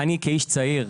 ואני כאיש צעיר,